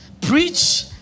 preach